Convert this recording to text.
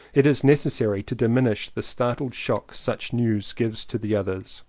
it is necessary to diminish the startled shock such news give to the others.